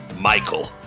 Michael